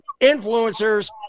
influencers